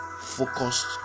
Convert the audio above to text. focused